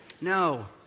No